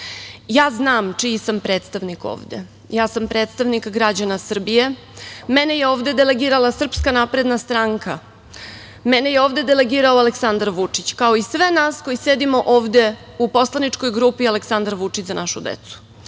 akta. Znam čiji sam predstavnik ovde, ja sam predstavnik građana Srbije, mene je ovde delegirala SNS, mene je ovde delegirao Aleksandar Vučić, kao i sve nas koji sedimo ovde u poslaničkoj grupi Aleksandar Vučić – Za našu decu. Mene